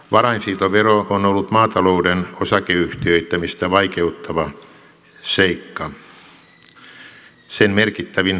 varainsiirtovero on ollut maatalouden osakeyhtiöittämistä vaikeuttava seikka sen merkittävin verokustannus